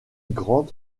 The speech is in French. grant